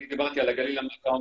אני דיברתי על הגליל המערבי,